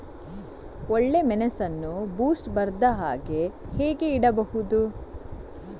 ಒಳ್ಳೆಮೆಣಸನ್ನು ಬೂಸ್ಟ್ ಬರ್ದಹಾಗೆ ಹೇಗೆ ಇಡಬಹುದು?